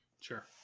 sure